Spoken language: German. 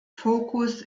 focus